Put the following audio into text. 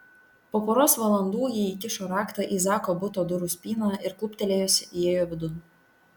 po poros valandų ji įkišo raktą į zako buto durų spyną ir kluptelėjusi įėjo vidun